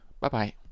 Bye-bye